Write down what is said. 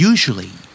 Usually